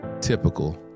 typical